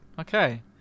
Okay